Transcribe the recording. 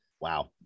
wow